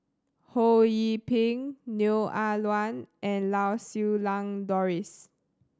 Ho Yee Ping Neo Ah Luan and Lau Siew Lang Doris